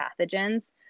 pathogens